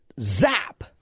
zap